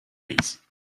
race